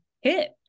hit